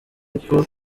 ariko